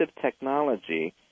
technology